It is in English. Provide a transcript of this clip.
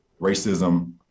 racism